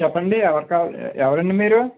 చెప్పండి ఎవరికి కావాలి ఎవరండీ మీరు